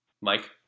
Mike